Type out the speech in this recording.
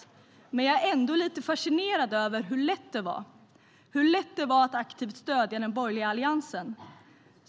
Men jag är ändå lite fascinerad över hur lätt det var att aktivt stödja den borgerliga alliansen.